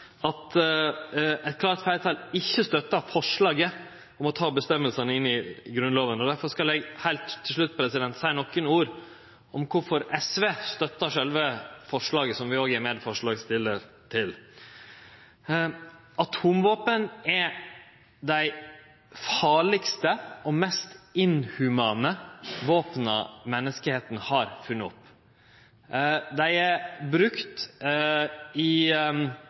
at eit klart fleirtal ikkje støttar forslaget om å ta føresegnene inn i Grunnlova. Difor skal eg heilt til slutt seie nokre ord om kvifor SV støttar sjølve forslaget, som vi òg er medforslagsstillar til. Atomvåpen er dei farlegaste og mest inhumane våpena menneskja har funne opp. Dei